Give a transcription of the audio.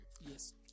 Yes